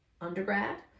undergrad